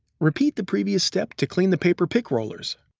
repeat the previous step to clean the paper-pick rollers.